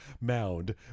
mound